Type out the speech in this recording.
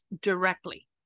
directly